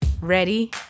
Ready